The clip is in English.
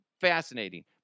fascinating